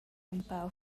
empau